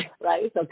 right